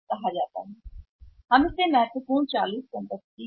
हमें यह समझना होगा कि यह बहुत महत्वपूर्ण है वर्तमान संपत्ति